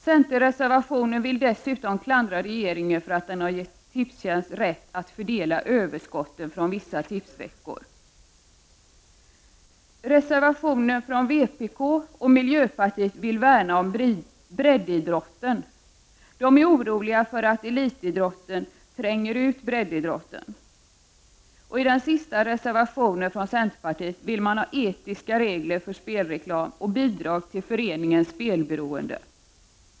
Centern vill i sin reservation dessutom klandra regeringen för att den har gett Tipstjänst rätt att fördela överskotten från vissa tipsveckor. Vpk och miljöpartiet vill i sin reservation värna om breddidrotten, och de är oroliga för att elitidrotten tränger ut breddidrotten. I den sista reservationen vill centerpartiet ha etiska regler för spelreklam och att bidrag ges till Föreningen Spelberoende.